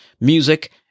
Music